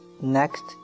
next